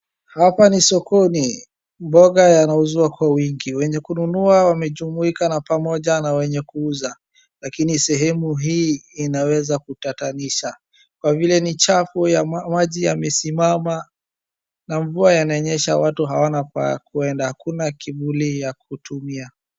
Hapa ni sokoni, mboga yanauzwa kwa wingi. Wenye kununua wamejumuika na pamoja na wenye kuuza lakini sehemu hii inaweza kutatanisha kwa vile ni chafu maji yamesimama na mvua yananyesha watu hawana pa kueda, akuna kivuli ya kutumia.